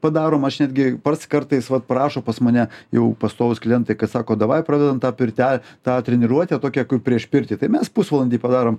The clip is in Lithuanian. padarom aš netgi nors kartais vat prašo pas mane jau pastovūs klientai kad sako davai pradedam tą pirtelę tą treniruotę tokia kaip prieš pirtį tai mes pusvalandį padarom